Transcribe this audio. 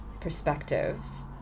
perspectives